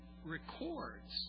records